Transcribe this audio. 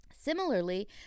Similarly